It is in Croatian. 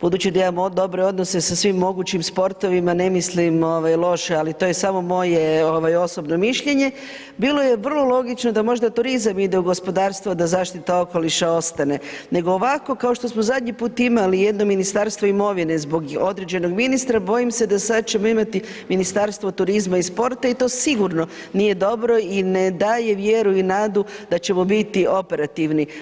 budući da imamo dobre odnose sa svim mogućim sportovima, ne mislim loše ali to je samo moje osobno mišljenje, bilo je vrlo logično da možda turizam ide u gospodarstvo a da zaštita okoliša ostane nego ovako kao što smo zadnji put imali jedno ministarstvo imovine zbog određenog ministra, bojim se da sad ćemo imati Ministarstvo turizma i sporta i to sigurno nije dobro i ne daje vjeru i nadu da ćemo biti operativni.